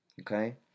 Okay